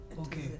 okay